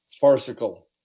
farcical